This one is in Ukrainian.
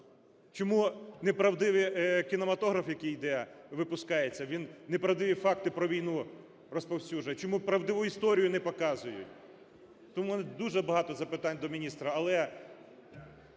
Чому неправдиві кінематограф, який йде, випускається, він неправдиві факти про війну розповсюджує? Чому правдиву історію не показують? Тому у мене дуже багато запитань до міністра.